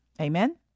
Amen